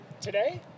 Today